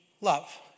love